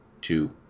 two